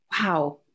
Wow